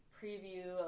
preview